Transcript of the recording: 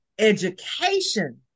Education